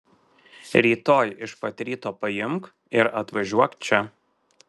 rytoj iš pat ryto paimk ir atvažiuok čia